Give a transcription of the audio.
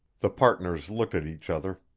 the partners looked at each other.